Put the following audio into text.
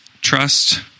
Trust